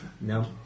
No